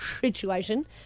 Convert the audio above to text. situation